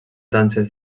danses